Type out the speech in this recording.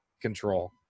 control